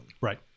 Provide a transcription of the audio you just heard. Right